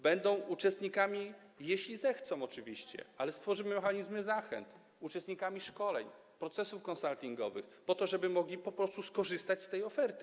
Będą uczestnikami - jeśli zechcą oczywiście, ale stworzymy mechanizmy zachęt - szkoleń, procesów consultingowych, po to żeby mogli po prostu skorzystać z tej oferty.